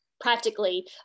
practically